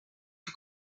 que